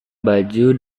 baju